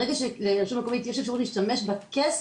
ברגע שלרשות מקומית יש אפשרות להשתמש בכסף,